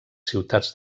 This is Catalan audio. ciutats